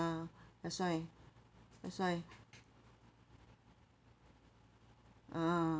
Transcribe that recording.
ah that's why that's why ah